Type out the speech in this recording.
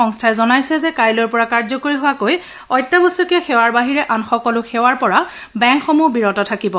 সংস্থাই জনাইছে যে কাইলৈৰ পৰা কাৰ্যকৰী হোৱাকৈ অত্যাৱশ্যকীয় সেৱাৰ বাহিৰে আন সকলো সেৱাৰ পৰা বেংকসমূহ বিৰত থাকিব